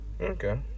Okay